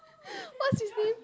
what's his name